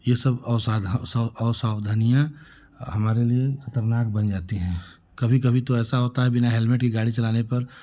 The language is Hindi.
यह सब असाधा असावधानियाँ हमारे लिए खतरनाक बन जाती है कभी कभी तो ऐसा होता है बिना हेलमेट के गाड़ी चलाने पर